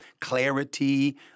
clarity